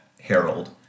Harold